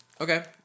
Okay